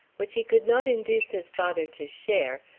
which he could not induce his father to share,